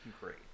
great